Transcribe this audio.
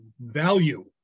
value